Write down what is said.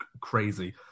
crazy